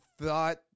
thought